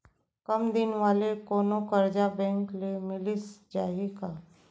कम दिन वाले कोनो करजा बैंक ले मिलिस जाही का?